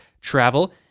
travel